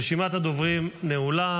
רשימת הדוברים נעולה.